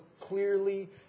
clearly